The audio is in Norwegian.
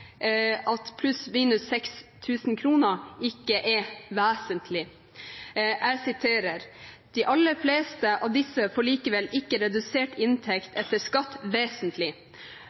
ikke er vesentlig. Der heter det: «De aller fleste av disse får likevel ikke redusert inntekt etter skatt vesentlig.»